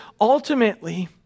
ultimately